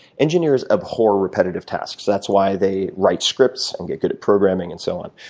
engineers abhor repetitive tasks. that's why they write scripts and get good at programming and so on.